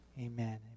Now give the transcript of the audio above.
Amen